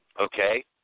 Okay